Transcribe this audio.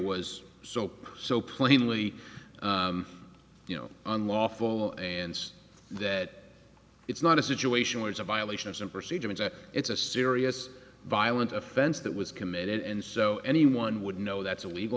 was so so plainly you know unlawful and that it's not a situation where it's a violation of procedure and it's a serious violent offense that was committed and so anyone would know that's a legal